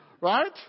Right